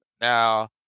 Now